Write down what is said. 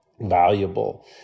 valuable